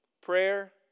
prayer